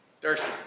Darcy